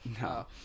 No